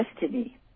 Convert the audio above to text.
destiny